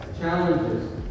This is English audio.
challenges